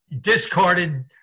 discarded